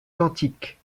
quantique